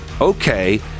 okay